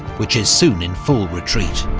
which is soon in full retreat.